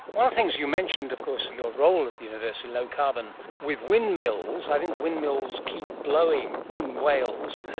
one of the things you mentioned of course, your role at the university, low carbon, with windmills, i think the windmills keep blowing in wales,